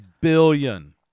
billion